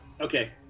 Okay